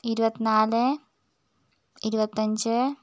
ഇരുപത്തിനാല് ഇരുപത്തിയഞ്ച്